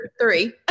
Three